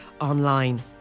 online